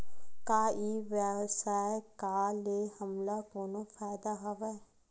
का ई व्यवसाय का ले हमला कोनो फ़ायदा हवय?